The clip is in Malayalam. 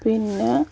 പിന്നെ